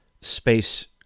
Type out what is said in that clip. space